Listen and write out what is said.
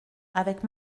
avec